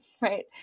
right